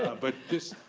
but this,